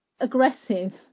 aggressive